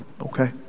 Okay